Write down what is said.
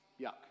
yuck